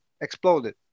exploded